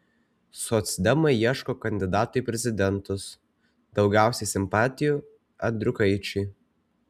socdemai ieško kandidato į prezidentus daugiausiai simpatijų andriukaičiui